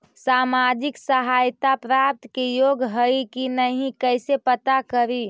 सामाजिक सहायता प्राप्त के योग्य हई कि नहीं कैसे पता करी?